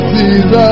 Jesus